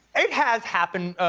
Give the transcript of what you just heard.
it has happened.